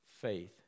Faith